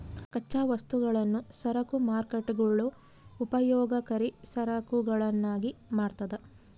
ಕಚ್ಚಾ ವಸ್ತುಗಳನ್ನು ಸರಕು ಮಾರ್ಕೇಟ್ಗುಳು ಉಪಯೋಗಕರಿ ಸರಕುಗಳನ್ನಾಗಿ ಮಾಡ್ತದ